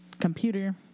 computer